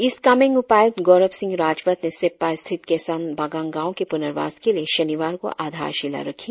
east Kameng उपायुक्त गौरव सिंह राजवत ने सेप्पा स्थित केस्सा बागांग गांव के पुनर्वास के लिए शनिवार को आधार शिला रखी